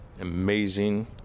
amazing